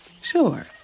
sure